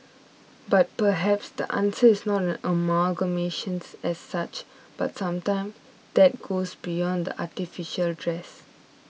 but perhaps the answer is not an amalgamations as such but sometime that goes beyond the artificial dress